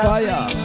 Fire